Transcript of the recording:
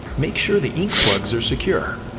make sure the ink plugs are secure,